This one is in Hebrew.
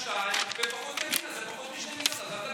2, ופחות ימינה, זה פחות מ-2 מיליון.